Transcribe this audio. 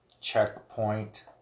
checkpoint